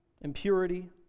impurity